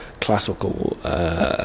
classical